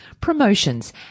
Promotions